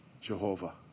Jehovah